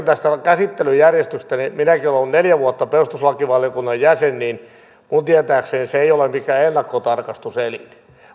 tästä käsittelyjärjestyksestä minäkin olen ollut neljä vuotta perustuslakivaliokunnan jäsen ja minun tietääkseni se ei ole mikään ennakkotarkastuselin